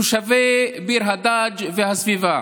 תושבי ביר הדאג' והסביבה.